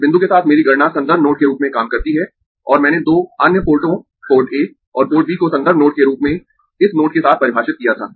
इस बिंदु के साथ मेरी गणना संदर्भ नोड के रूप में काम करती है और मैंने दो अन्य पोर्टों पोर्ट A और पोर्ट B को संदर्भ नोड के रूप में इस नोड के साथ परिभाषित किया था